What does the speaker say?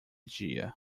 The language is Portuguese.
dia